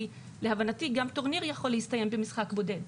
כי להבנתי גם טורניר יכול להסתיים במשחק בודד.